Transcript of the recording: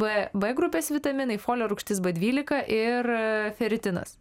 b b grupės vitaminai folio rūgštis b dvylika ir feritinas